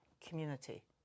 Community